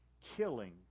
killing